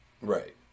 Right